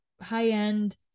high-end